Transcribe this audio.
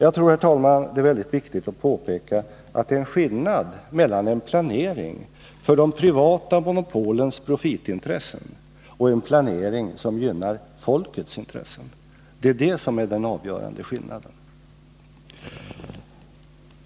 Jag tror att det är väldigt viktigt att påpeka att det är skillnad mellan en planering för de privata monopolens profitintressen och en planering som gynnar folkets intressen. Det är det som är den avgörande skillnaden.